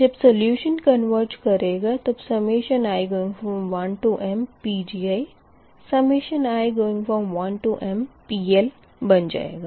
जब solution converge करेगा तब i1mPgi i1mPL बन जाएगा